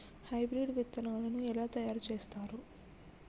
Hybrid విత్తనాలను ఎలా తయారు చేస్తారు?